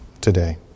today